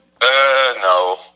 no